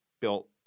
built